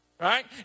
Right